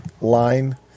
line